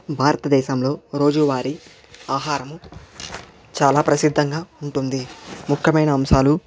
భారతదేశంలో రోజూ వారి ఆహారము చాలా ప్రసిద్ధంగా ఉంటుంది ముఖ్యమైన అంశాలు